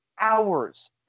hours